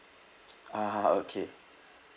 (uh huh) okay